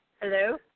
Hello